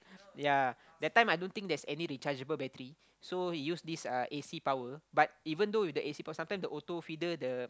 ya that time I don't think there's any rechargeable battery so he use this uh a_c power but even though with the a_c power sometimes the auto feeder the